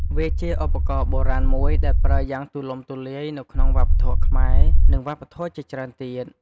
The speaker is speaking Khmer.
វាជាឧបករណ៍បុរាណមួយដែលប្រើយ៉ាងទូលំទូលាយនៅក្នុងវប្បធម៌ខ្មែរ និងវប្បធម៌ជាច្រើនទៀត។